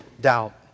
doubt